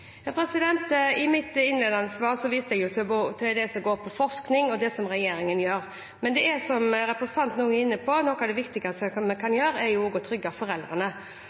I mitt innledende svar viste jeg til det som går på forskning, og det som regjeringen gjør. Men som representanten også er inne på, noe av det viktigste vi kan gjøre, er å trygge foreldrene.